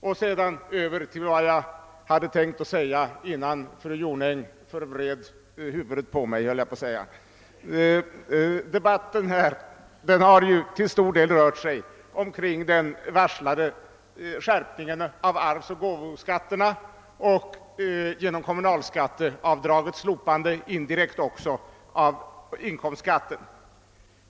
Sedan går jag över till vad jag hade tänkt säga innan fru Jonäng förvred huvudet på mig — om jag så får säga. Denna debatt har till stor del rört sig om den varslade skärpningen av arvsoch förmögenhetsskatterna samt — genom kommunalskatteavdragets slopande — indirekt också av inkomstskatten.